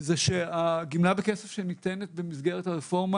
זה שהגמלה בכסף שניתנת במסגרת הרפורמה